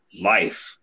life